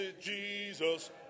Jesus